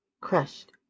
crushed